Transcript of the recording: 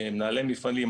מנהלי מפעלים,